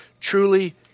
truly